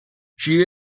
she